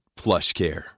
PlushCare